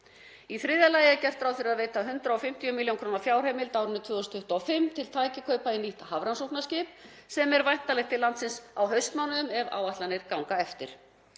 Í þriðja lagi er gert ráð fyrir að veita 150 millj. kr. fjárheimild á árinu 2025 til tækjakaupa í nýtt hafrannsóknaskip sem er væntanlegt til landsins á haustmánuðum ef áætlanir ganga eftir.